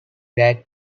rat